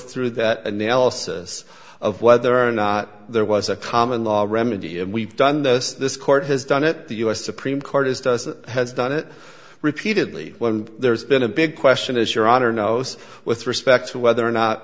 through that analysis of whether or not there was a common law remedy and we've done this this court has done it the u s supreme court has does it has done it repeatedly when there's been a big question as your honor knows with respect to whether or not